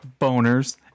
boners